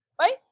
Right